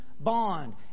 bond